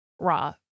raw